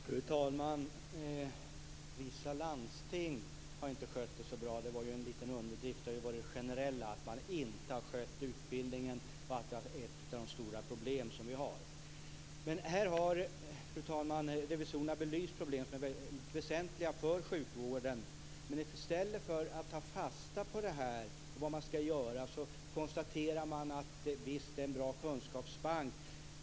Fru talman! Catherine Persson sade att vissa landsting inte har skött det så bra. Det var en liten underdrift. Det har ju varit det generella att man inte har skött utbildningen. Det är ett av de stora problem som vi har. Fru talman! Revisorerna har belyst problem som är mycket väsentliga för sjukvården. Men i stället för att ta fasta på detta och vad man skall göra konstaterar man att det är en bra kunskapsbank.